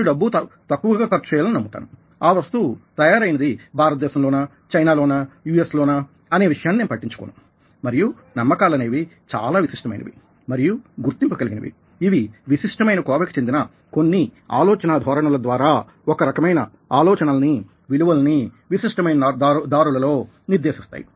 నేను డబ్బు తక్కువగా ఖర్చు చేయాలని నమ్ముతాను ఆ వస్తువు తయారయ్యినది భారతదేశంలోనా చైనాలోనా యు ఎస్ లోనా అనే విషయాన్ని నేను పట్టించుకోను మరియు నమ్మకాలనేవి చాలా విశిష్టమైనవి మరియు గుర్తింపు కలిగినవిఇవి విశిష్టమైన కోవకి చెందిన కొన్ని ఆలోచనాధోరణుల ద్వారా ఒకరకమైన ఆలోచనలనీ విలువలనీ విశిష్టమైన దారులలో నిర్దేశిస్తాయి